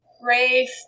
race